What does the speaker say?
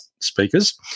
speakers